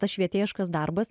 tas švietėjiškas darbas